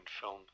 film